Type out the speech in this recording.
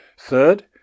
Third